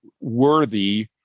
worthy